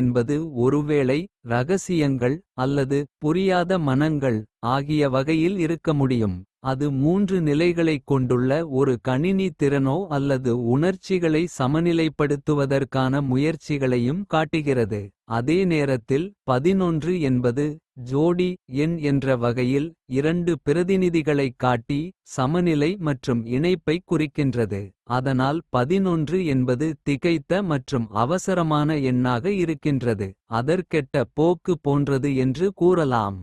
என்பது ஒருவேளை ரகசியங்கள் அல்லது புரியாத மனங்கள். ஆகிய வகையில் இருக்க முடியும் அது மூன்று நிலைகளைக். கொண்டுள்ள ஒரு கணினி திறனோ அல்லது உணர்ச்சிகளை. சமநிலைப்படுத்துவதற்கான முயற்சிகளையும் காட்டுகிறது. அதே நேரத்தில் ன்பது ஜோடி எண் என்ற வகையில். இரண்டு பிரதிநிதிகளைக் காட்டி சமநிலை மற்றும். இணைப்பைக் குறிக்கின்றது அதனால் என்பது திகைத்த. மற்றும் அவசரமான எண்ணாக இருக்கின்றது அதற்கெட்ட. போக்கு போன்றது என்று கூறலாம்.